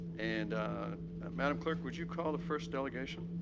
and madam clerk, would you call the first delegation?